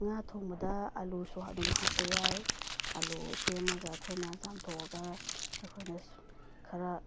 ꯉꯥ ꯊꯣꯡꯕꯗ ꯑꯥꯂꯨꯁꯨ ꯑꯗꯨꯝ ꯍꯥꯞꯄ ꯌꯥꯏ ꯑꯥꯂꯨ ꯁꯦꯝꯃꯒ ꯑꯩꯈꯣꯏꯅ ꯆꯥꯝꯊꯣꯛꯑꯒ ꯑꯩꯈꯣꯏꯅ ꯈꯔ